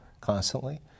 constantly